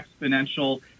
exponential